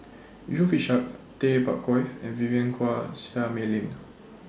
Yusof Ishak Tay Bak Koi and Vivien Quahe Seah Mei Lin